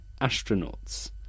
astronauts